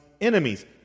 enemies